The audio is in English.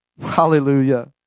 Hallelujah